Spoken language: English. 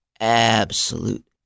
absolute